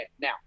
now